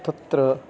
तत्र